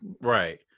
Right